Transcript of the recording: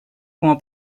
como